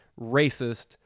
racist